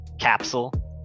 capsule